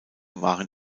waren